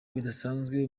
bidasanzwe